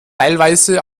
teilweise